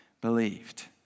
believed